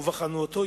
ובחנו אותו,